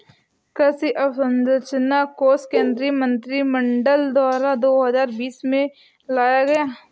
कृषि अंवसरचना कोश केंद्रीय मंत्रिमंडल द्वारा दो हजार बीस में लाया गया